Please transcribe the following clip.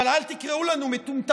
אבל אל תקראו לנו מטומטמים.